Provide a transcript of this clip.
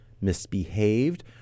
misbehaved